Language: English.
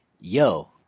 yo